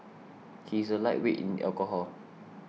he is a lightweight in alcohol